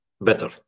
better